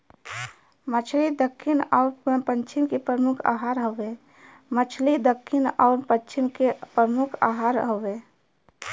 मछली दक्खिन आउर पश्चिम के प्रमुख आहार हउवे